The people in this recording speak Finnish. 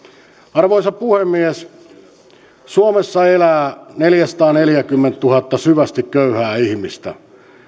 arvoisa puhemies suomessa elää neljäsataaneljäkymmentätuhatta syvästi köyhää ihmistä